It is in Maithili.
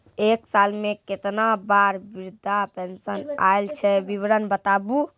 एक साल मे केतना बार वृद्धा पेंशन आयल छै विवरन बताबू?